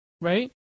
right